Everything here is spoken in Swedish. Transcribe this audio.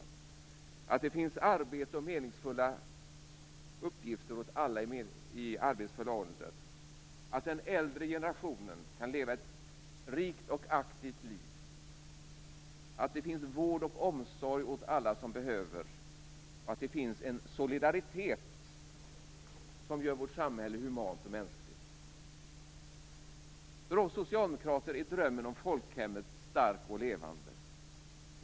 Jag vill att det skall finnas arbete och meningsfulla uppgifter åt alla i arbetsför ålder, att den äldre generationen skall kunna leva ett rikt och aktivt liv, att det skall finnas vård och omsorg åt alla som behöver och att det skall finnas en solidaritet som gör vårt samhälle humant och mänskligt. För oss socialdemokrater är drömmen om folkhemmet stark och levande.